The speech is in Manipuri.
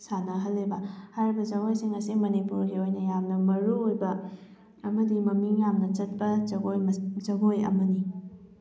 ꯁꯥꯟꯅꯍꯜꯂꯦꯕ ꯍꯥꯏꯔꯤꯕ ꯖꯒꯣꯏꯁꯤꯡ ꯑꯁꯦ ꯃꯅꯤꯄꯨꯔꯒꯤ ꯑꯣꯏꯅ ꯌꯥꯝꯅ ꯃꯔꯨꯑꯣꯏꯕ ꯑꯃꯗꯤ ꯃꯃꯤꯡ ꯌꯥꯝꯅ ꯆꯠꯄ ꯖꯒꯣꯏ ꯖꯒꯣꯏ ꯑꯃꯅꯤ